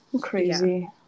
crazy